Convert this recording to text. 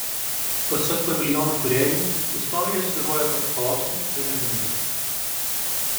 pasak paviljono kūrėjų istorija svyruoja tarp chaoso ir ramybės